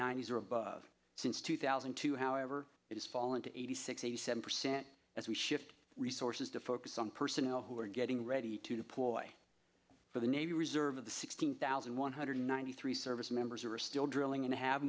ninety's or above since two thousand and two however it's fallen to eighty six eighty seven percent as we shift resources to focus on personnel who are getting ready to deploy for the navy reserve the sixteen thousand one hundred ninety three service members are still drilling and have